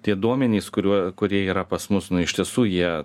tie duomenys kuriuo kurie yra pas mus iš tiesų jie